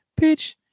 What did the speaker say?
Bitch